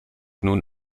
nun